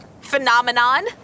phenomenon